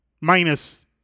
minus